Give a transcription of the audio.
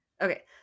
Okay